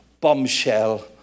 bombshell